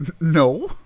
no